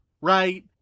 right